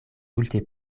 multe